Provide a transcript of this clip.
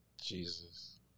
Jesus